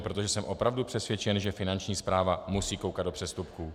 Protože jsem opravdu přesvědčen, že Finanční správa musí koukat do přestupků.